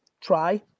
try